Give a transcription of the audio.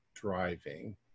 driving